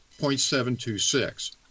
0.726